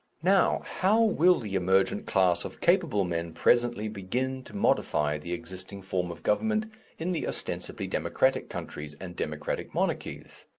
now, how will the emergent class of capable men presently begin to modify the existing form of government in the ostensibly democratic countries and democratic monarchies?